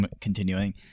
continuing